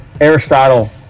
Aristotle